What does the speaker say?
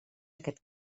aquest